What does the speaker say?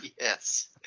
Yes